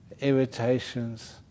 irritations